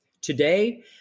Today